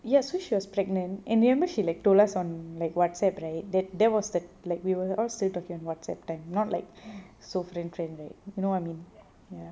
ya so she was pregnant and remember she like told us on like whatsapp right that that was the like we were all still talking on whatsapp time not like so friend friend right you know what I mean ya